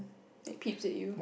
that peeps at you